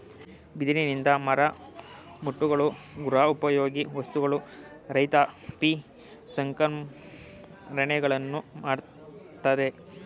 ಬಿದಿರಿನಿಂದ ಮರಮುಟ್ಟುಗಳು, ಗೃಹ ಉಪಯೋಗಿ ವಸ್ತುಗಳು, ರೈತಾಪಿ ಸಲಕರಣೆಗಳನ್ನು ಮಾಡತ್ತರೆ